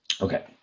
Okay